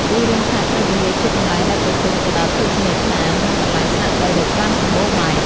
ទីរួមខេត្តព្រះវិហារជាកន្លែងដែលប្រជុំទៅដោយភោជនីយដ្ឋាន និងកន្លែងស្នាក់នៅដ៏ច្រើនសម្បូរបែប។